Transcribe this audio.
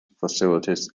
facilities